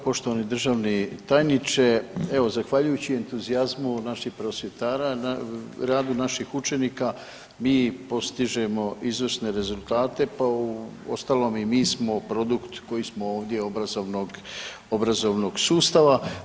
Poštovani državni tajniče, evo zahvaljujući entuzijazmu naših prosvjetara na radu naših učenika mi postižemo izvrsne rezultate, pa uostalom i mi smo produkt koji smo ovdje obrazovnog, obrazovnog sustava.